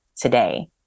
today